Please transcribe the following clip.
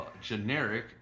generic